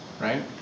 right